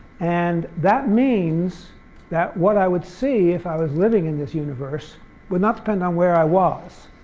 and that means that what i would see if i was living in this universe would not depend on where i was.